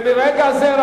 ומרגע זה,